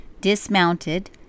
dismounted